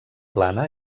plana